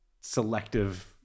selective